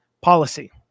policy